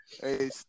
Hey